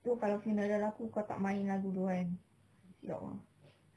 so kalau tinggal dengan aku kau tak main lagu tu kan siap ah